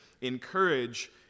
Encourage